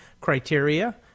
criteria